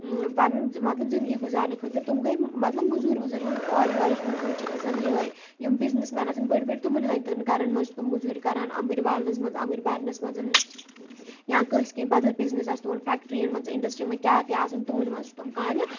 پَنُن مطلب زِندگی گُزارنہٕ خٲطرٕ تم گٔے مطلب مُزوٗرۍ وُزوٗرۍ یِم اورٕ یورٕچ مزوٗرۍ چھِ گژھان یِے یِم بزنِس مین آسن بٔڑۍ بٔڑۍ تٕمَن ہٕنٛدیٚن گَرَن مَنٛز چھِ تِم مُزوٗرۍ کَران اَمبٕرۍ والنَس منٛز اَمبٕرۍ بَرنَس منٛز یا کٲنٛسہِ کینٛہہ بَدل بِزنِس آسہِ تُمَن فیکٹریَن منٛز اِنڈَسٹِری منٛز کیاہ تہِ آسَن تمَن منٛز چھِ تم کامہِ